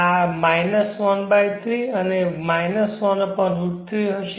આ 13 અને 1 √3 હશે